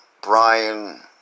Brian